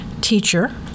teacher